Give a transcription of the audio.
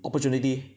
opportunity